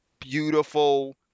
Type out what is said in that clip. beautiful